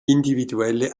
individuelle